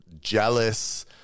jealous